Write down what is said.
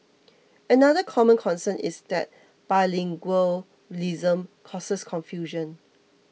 another common concern is that bilingualism causes confusion